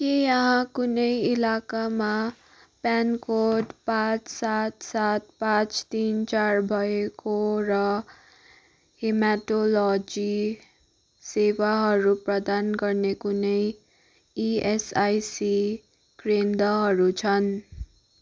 के यहाँ कुनै इलाकामा पिनकोड पाँच सात सात पाँच तिन चार भएको र हेम्याटोलोजी सेवाहरू प्रदान गर्ने कुनै इएसआइसी केन्द्रहरू छन्